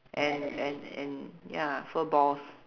and and and ya furballs